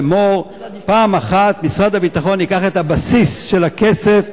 לאמור: פעם אחת משרד הביטחון ייקח את הבסיס של הכסף,